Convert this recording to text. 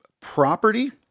property